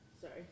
Sorry